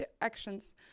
actions